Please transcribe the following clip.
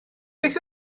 beth